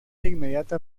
inmediata